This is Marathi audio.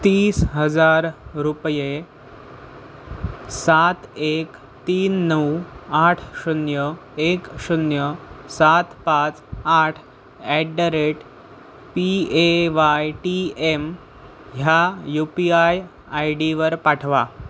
तीस हजार रुपये सात एक तीन नऊ आठ शून्य एक शून्य सात पाच आठ at the rate P A Y T M ह्या यू पी आय आय डीवर पाठवा